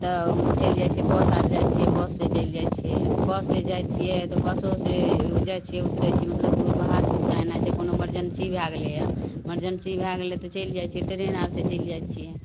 तऽ चलि जाइ छै बस आओरसे जाइ छिए बससे चलि जाइ छिए आओर बससे जाइ छिए तऽ बसोसे जाइ छिए उतरै छिए मतलब दूर बाहर किछु जेनाइ छै मतलब कोनो इमरजेन्सी भै गेलैए इमरजेन्सी भै गेलै तऽ चलि जाइ छिए ट्रेन आओरसे चलि जाइ छिए